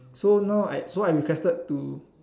so now I so I requested to